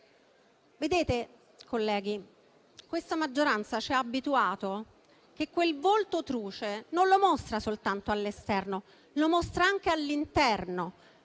Vedete, colleghi, questa maggioranza ci ha abituati al fatto che quel volto truce non lo mostra soltanto all'esterno, ma lo mostra anche all'interno,